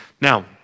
Now